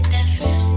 Different